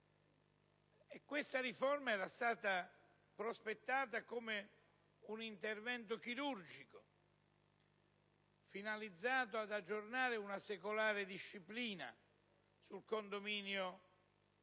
Questa riforma era stata prospettata come un intervento chirurgico, finalizzato ad aggiornare una secolare disciplina sul condominio